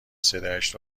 صدایش